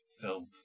film